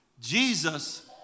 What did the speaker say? Jesus